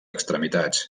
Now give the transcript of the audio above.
extremitats